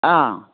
ꯑꯥ